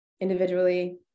individually